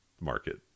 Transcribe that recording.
market